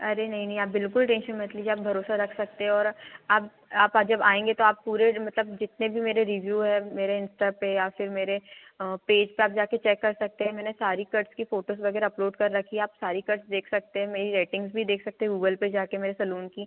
अरे नहीं नहीं आप बिल्कुल टेंशन मत लीजिए आप भरोसा रख सकते हो और आप आप जब आएंगे तो आप पूरे मतलब जितने भी मेरे रिव्यू है मेरे इंस्टा पर या फिर मेरे पेज पर आप जा कर चेक कर सकते हैं मैंने सारी कट्स की फ़ोटोज़ वगैरह अपलोड कर रखी है आप सारी कट्स देख सकते हैं मेरी रेटिंग्स भी देख सकते गूगल पर जा कर मेरे सलून की